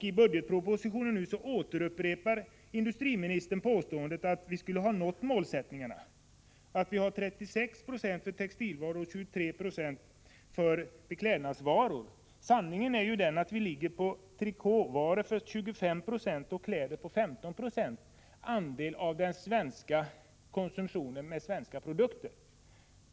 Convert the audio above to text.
I budgetpropositionen återupprepar industriministern påståendet att vi skall ha nått målsättningarna; 36 90 för textilvaror och 23 26 för beklädnadsvaror. Sanningen är att andelen för trikåvaror är 25 90 och för kläder 15 96 av den svenska konsumtionen av svenska produkter.